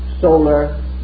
solar